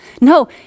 No